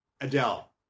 Adele